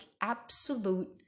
absolute